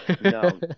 no